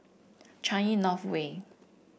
Changi North Way